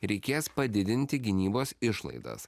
reikės padidinti gynybos išlaidas